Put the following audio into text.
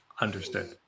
Understood